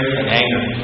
anger